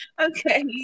Okay